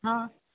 हाँ